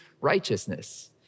righteousness